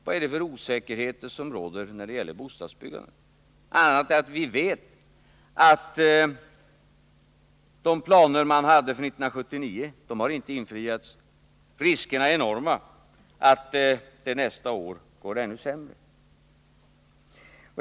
Vad är det för osäkerheter som råder när det gäller bostadsbyggandet? Vi vet att de planer man hade för 1979 inte har infriats och att riskerna är enorma att det nästa år går ännu sämre.